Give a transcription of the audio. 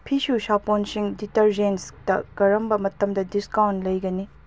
ꯐꯤꯁꯨ ꯁꯥꯄꯣꯟꯁꯤꯡ ꯗꯤꯇꯔꯖꯦꯟꯁꯇ ꯀꯔꯝꯕ ꯃꯇꯝꯗ ꯗꯤꯁꯀꯥꯎꯟ ꯂꯩꯒꯅꯤ